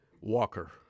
walker